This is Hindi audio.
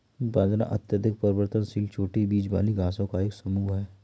बाजरा अत्यधिक परिवर्तनशील छोटी बीज वाली घासों का एक समूह है